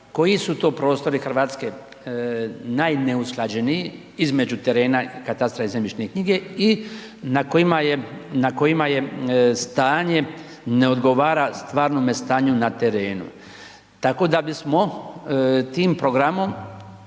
koji su to prostori Hrvatske najneusklađeniji između terena, katastra i zemljišne knjige i na kojima stanje ne odgovara stvarnome stanju na terenu tako da bi smo tim programom